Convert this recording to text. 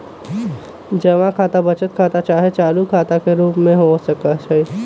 जमा खता बचत खता चाहे चालू खता के रूप में हो सकइ छै